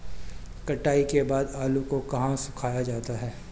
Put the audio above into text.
कटाई के बाद आलू को कहाँ सुखाया जाता है?